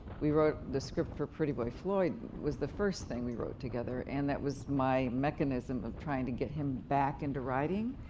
we wrote the script for pretty boy floyd, was the first thing we wrote together, and that was my mechanism of trying to get him back into writing.